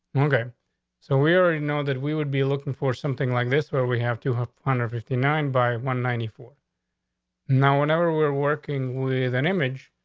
okay so we already know that we would be looking for something like this where we have to have one hundred fifty nine by one ninety four now, whenever we're working with an image,